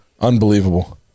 Unbelievable